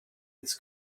this